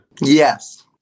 Yes